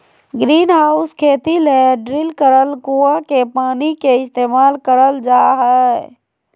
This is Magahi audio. ग्रीनहाउस खेती ले ड्रिल करल कुआँ के पानी के इस्तेमाल करल जा हय